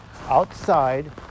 outside